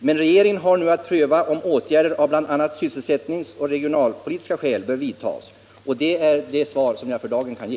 Men regeringen har nu att pröva om åtgärder av bl.a. sysselsättningsoch regionalpolitiska skäl bör vidtas, och det är det svar som jag för dagen kan ge.